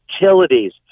Utilities